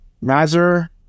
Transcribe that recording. Mazur